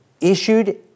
issued